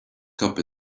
cup